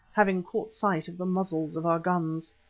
having caught sight of the muzzles of our guns.